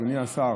אדוני השר,